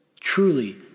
Truly